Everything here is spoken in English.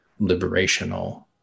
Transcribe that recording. liberational